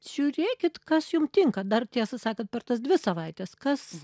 žiūrėkit kas jum tinka dar tiesą sakant per tas dvi savaites kas